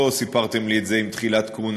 לא סיפרתם לי את זה עם תחילת כהונתי,